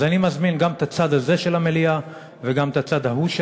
אז אני מזמין גם את הצד הזה של המליאה וגם את הצד ההוא של